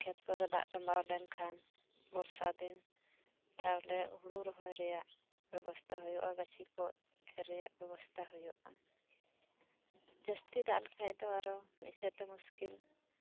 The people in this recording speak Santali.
ᱠᱷᱮᱛ ᱠᱚᱨᱮ ᱫᱟᱜ ᱛᱚᱸᱵᱟ ᱞᱮᱱ ᱠᱷᱟᱱ ᱵᱚᱨᱥᱟ ᱫᱤᱱ ᱛᱟᱦᱚᱞᱮ ᱦᱳᱲᱩ ᱨᱚᱦᱚᱭ ᱨᱮᱭᱟᱜ ᱵᱮᱵᱚᱥᱛᱟ ᱦᱳᱭᱳᱜᱼᱟ ᱜᱟᱹᱪᱷᱤ ᱠᱚ ᱮᱨ ᱨᱮᱭᱟᱜ ᱵᱮᱵᱚᱥᱛᱟ ᱦᱳᱭᱳᱜᱼᱟ ᱡᱟᱹᱥᱛᱤ ᱫᱟᱜ ᱞᱮᱠᱷᱟᱱ ᱫᱚ ᱢᱤᱫ ᱥᱮᱫ ᱛᱮ ᱢᱩᱥᱠᱤᱞ